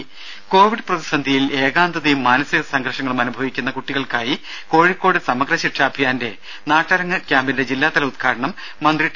രംഭ Covid പ്രതിസന്ധിയിൽ ഏകാന്തതയും മാനസിക സംഘർഷങ്ങളുമനുഭവിക്കുന്ന കുട്ടികൾക്കായി കോഴിക്കോട് സമഗ്ര ശിക്ഷാ അഭിയാന്റെ നാട്ടരങ്ങ് ക്യാമ്പിന്റെ ജില്ലാതല ഉദ്ഘാടനം മന്ത്രി ടി